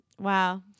wow